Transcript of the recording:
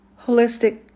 holistic